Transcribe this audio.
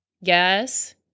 Yes